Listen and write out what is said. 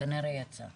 משתמשים